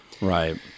Right